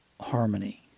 harmony